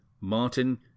martin